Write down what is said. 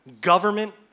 Government